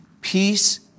Peace